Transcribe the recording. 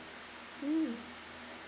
mm